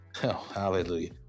hallelujah